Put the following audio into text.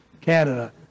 Canada